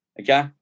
Okay